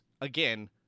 again